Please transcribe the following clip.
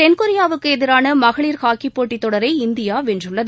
தென்கொரியாவுக்கு எதிரான மகளிர் ஹாக்கிப்போட்டித் தொடரை இந்தியா வென்றுள்ளது